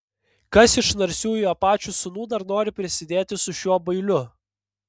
kas iš narsiųjų apačių sūnų dar nori prasidėti su šiuo bailiu